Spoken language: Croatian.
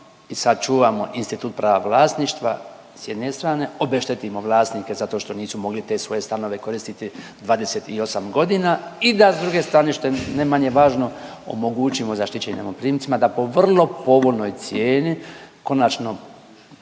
i sačuvamo institut prava vlasništva s jedne strane, obeštetimo vlasnike zato nisu mogli te svoje stanove koristiti 28 godina i da s druge strane, što je ne manje važno, omogućimo zaštićenim najmoprimcima da po vrlo povoljnoj cijeni konačno